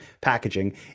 packaging